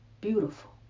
beautiful